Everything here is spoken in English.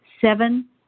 Seven